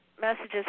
messages